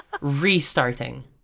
restarting